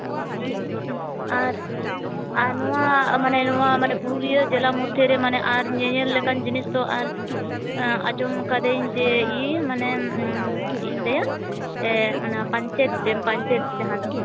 ᱟᱪᱪᱷᱟ ᱟᱨ ᱟᱨ ᱱᱚᱣᱟ ᱢᱟᱱᱮ ᱱᱚᱣᱟ ᱢᱟᱱᱮ ᱯᱩᱨᱩᱞᱤᱭᱟᱹ ᱡᱮᱞᱟ ᱢᱚᱫᱽᱫᱮ ᱨᱮ ᱢᱟᱱᱮ ᱟᱨ ᱧᱮᱧᱞ ᱞᱮᱠᱟᱱ ᱡᱤᱱᱤᱥ ᱫᱚ ᱟᱨ ᱟᱸᱡᱚᱢ ᱠᱟᱹᱫᱟᱹᱧ ᱡᱮ ᱤᱭᱟᱹ ᱢᱟᱱᱮ ᱪᱮᱫ ᱤᱧ ᱞᱟᱹᱭᱟ ᱚᱱᱟ ᱯᱟᱧᱪᱮᱛ ᱰᱮᱢ ᱯᱟᱧᱪᱮᱛ ᱡᱟᱦᱟᱸ ᱫᱚ